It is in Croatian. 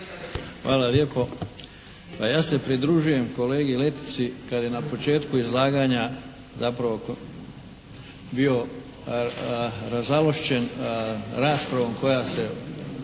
Hvala lijepo. Pa ja se pridružujem kolegi Letici kad je na početku izlaganja zapravo bio razalošćen raspravom koja se